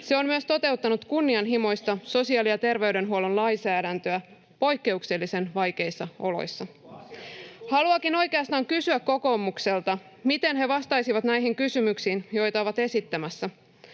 myös toteuttanut kunnianhimoista sosiaali- ja terveydenhuollon lainsäädäntöä poikkeuksellisen vaikeissa oloissa. [Ben Zyskowicz: Onko asiat siis kunnossa?] Haluankin oikeastaan kysyä kokoomukselta, miten he vastaisivat näihin kysymyksiin, joita ovat esittämässä.